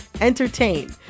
entertain